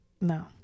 No